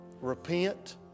repent